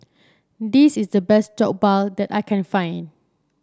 this is the best Jokbal that I can find